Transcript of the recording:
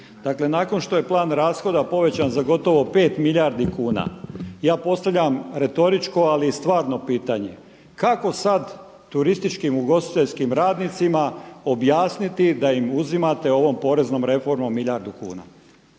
nakon što je plan rashoda povećan za gotovo pet milijardi kuna, ja postavljam retoričko ali i stvarno pitanje, kako sad turističkim ugostiteljskim radnicima objasniti da im uzimate ovom poreznom reformom milijardu kuna,